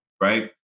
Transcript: right